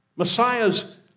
Messiahs